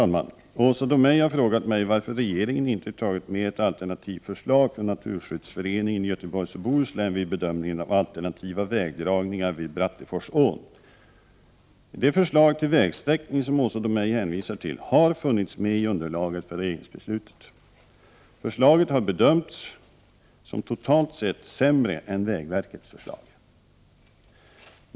Herr talman! Åsa Domeij har frågat mig varför regeringen inte tagit med ett alternativförslag från Naturskyddsföreningen i Göteborgs och Bohus län vid bedömningen av alternativa vägdragningar vid Bratteforsån. Det förslag till vägsträckning som Åsa Domeij hänvisar till har funnits med i underlaget för regeringsbeslutet. Förslaget har bedömts som totalt sett sämre än vägverkets förslag.